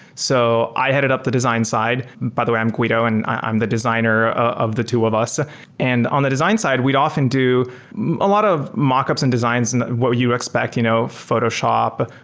so i headed up the design side. by the way, i'm guido and i'm the designer of the two of us ah and on the design side, we'd often do a lot of mock-ups and designs and what you expect you know photoshop,